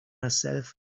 myself